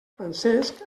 francesc